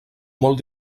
molt